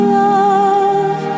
love